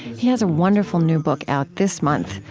he has a wonderful new book out this month,